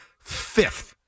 fifth